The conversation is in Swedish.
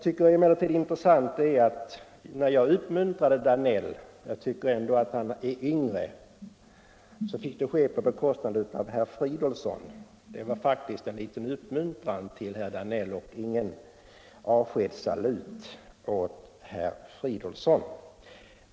Men herr Danell är i alla fall yngre, och jag ville uppmuntra honom. Det fick då ske på bekostnad av herr Fridolfsson. Det var faktiskt en uppmuntran till herr Danell och ingen avskedssalut för herr Fridolfsson.